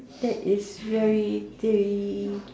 that is very terri~